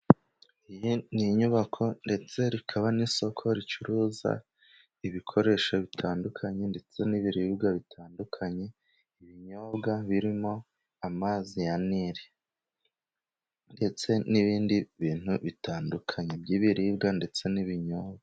Iyi n'inyubako ndetse rikaba n'isoko ricuruza ibikoresho bitandukanye, ndetse n'ibiribwa bitandukanye, ibinyobwa birimo amazi ya Nili, ndetse n'ibindi bintu bitandukanye by'ibiribwa, ndetse n'ibinyobwa.